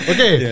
Okay